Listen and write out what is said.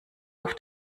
auf